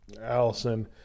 Allison